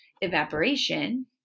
evaporation